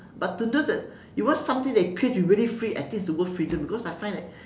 but to know that you want something that create really free I think it's the word freedom because I find that